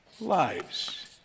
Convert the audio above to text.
lives